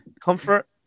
comfort